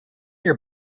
your